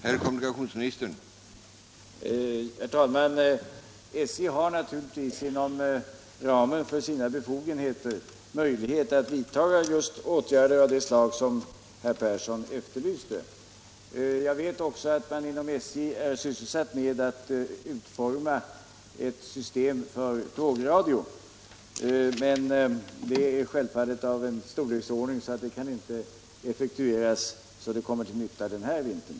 Herr talman! SJ har naturligtvis inom ramen för sina befogenheter möjlighet att vidta åtgärder av det slag som herr Persson i Karlstad efterlyste. Jag vet också att man inom SJ är sysselsatt med att utforma ett system för tågradio. Men det projektet är av sådan storleksordning att det inte kan effektueras så att det kommer till nytta den här vintern.